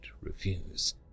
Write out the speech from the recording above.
refuse